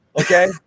Okay